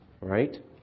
Right